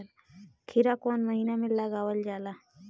खीरा कौन महीना में लगावल जाला?